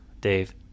Dave